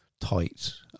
tight